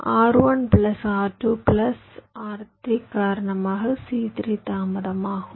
R1 plus R2 plus R3 காரணமாக C3 தாமதமாகும்